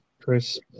Chris